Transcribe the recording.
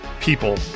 people